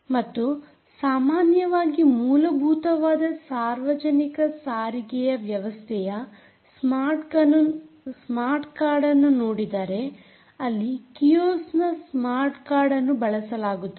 ಮತ್ತು ಸಾಮಾನ್ಯವಾಗಿ ಮೂಲಭೂತವಾದ ಸಾರ್ವಜನಿಕ ಸಾರಿಗೆ ವ್ಯವಸ್ಥೆಯ ಸ್ಮಾರ್ಟ್ ಕಾರ್ಡ್ ಅನ್ನು ನೋಡಿದರೆ ಅಲ್ಲಿ ಕಿಓಸ್ಕ್ ನ ಸ್ಮಾರ್ಟ್ ಕಾರ್ಡ್ ಅನ್ನು ಬಳಸಲಾಗುತ್ತದೆ